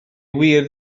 wir